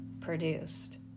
produced